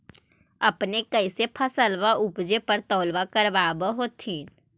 अपने कैसे फसलबा उपजे पर तौलबा करबा होत्थिन?